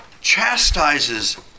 chastises